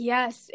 Yes